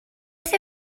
beth